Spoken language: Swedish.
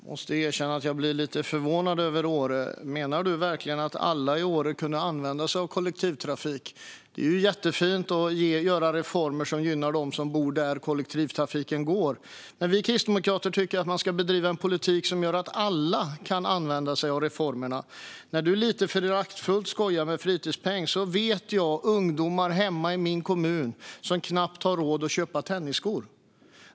Fru talman! Jag måste erkänna att jag blir lite förvånad över Åre. Menar Anna-Caren Sätherberg verkligen att alla i Åre kunde använda sig av kollektivtrafik? Det är ju jättefint att göra reformer som gynnar dem som bor där kollektivtrafiken går. Men vi kristdemokrater tycker att man ska bedriva en politik som gör att alla kan använda sig av reformerna. Du skojar lite föraktfullt om fritidspengen, men jag vet ungdomar i min hemkommun som knappt har råd att köpa tennisskor.